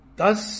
thus